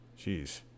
Jeez